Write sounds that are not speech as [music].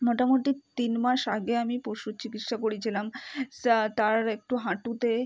মোটামুটি তিন মাস আগে আমি পশুর চিকিৎসা করিয়েছিলাম [unintelligible] তার একটু হাঁটুতে